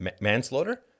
manslaughter